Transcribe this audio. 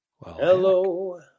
Hello